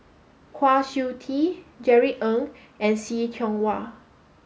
Kwa Siew Tee Jerry Ng and See Tiong Wah